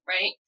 Right